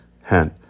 hand